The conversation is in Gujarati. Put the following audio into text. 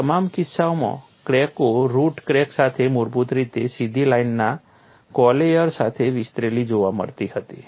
આ તમામ કિસ્સાઓમાં ક્રેકો રુટ ક્રેક સાથે મુળભૂત રીતે સીધી લાઇનના કોલેયર સાથે વિસ્તરેલી જોવા મળી હતી